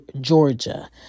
Georgia